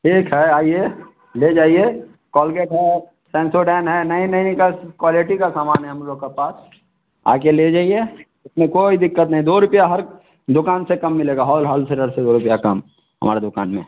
ठीक है आइए ले जाइए कॉलगेट है सेंसोडेन है नई नइ नी का क्वालेटी का सामान है हम लोग के पास आकर ले जाइए इसमें कोई दिक्कत नहीं दो रुपया हर दुकान से कम मिलेगा हॉल हॉलसेलर से दो रुपया कम हमारे दुकान में